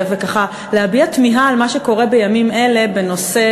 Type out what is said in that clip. ולהביע תמיהה על מה שקורה בימים אלה בנושא